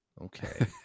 Okay